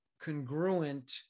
congruent